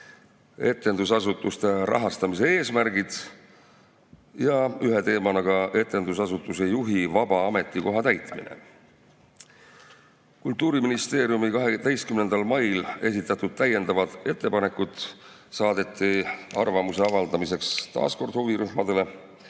etendusasutuste rahastamise eesmärgid ja ühe teemana ka etendusasutuse juhi vaba ametikoha täitmine. Kultuuriministeeriumi 12. mail esitatud täiendavad ettepanekud saadeti arvamuse avaldamiseks taas kord huvirühmadele,